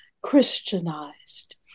Christianized